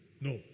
No